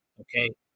okay